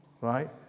right